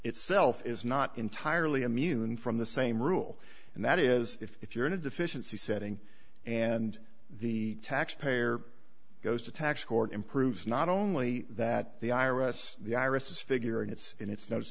itself is not entirely immune from the same rule and that is if you're in a deficiency setting and the taxpayer goes to tax court improves not only that the i r s the i r s is figuring it's in its nose